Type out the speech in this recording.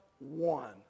one